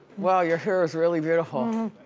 wow, your hair is really beautiful. um